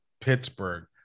Pittsburgh